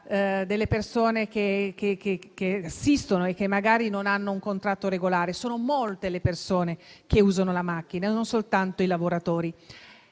delle persone che assistono e che magari non hanno un contratto regolare. Sono molte le persone che usano l'automobile, non soltanto i lavoratori.